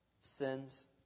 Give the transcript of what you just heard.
Sin's